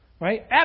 Right